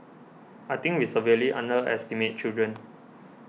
I think we severely underestimate children